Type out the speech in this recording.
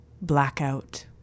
Blackout